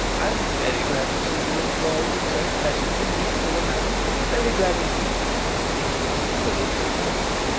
i am very glad to see you employed in so pleasant and useful a manner very glad indeed mrs quiverful thanked him,